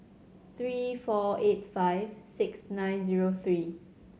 three four eight five six nine zero three